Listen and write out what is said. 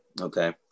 Okay